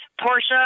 Portia